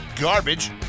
garbage